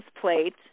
plate